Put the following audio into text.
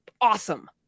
awesome